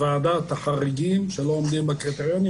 ועדת החריגים שלא עומדים בקריטריונים,